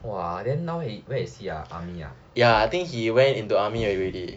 !wah! then now where is he ah army ah